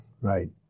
right